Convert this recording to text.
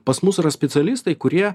pas mus yra specialistai kurie